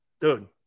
Dude